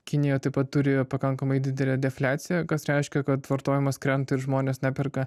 kinija taip pat turi pakankamai didelę defliaciją kas reiškia kad vartojimas krenta ir žmonės neperka